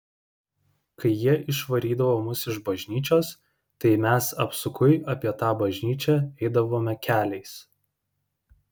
kai jie išvarydavo mus iš bažnyčios tai mes apsukui apie tą bažnyčią eidavome keliais